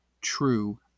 true